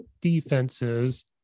defenses